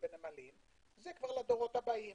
בנמלים וכו' זה כבר לדורות הבאים.